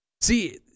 see